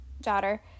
daughter